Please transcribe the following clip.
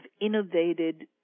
innovated